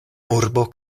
urbo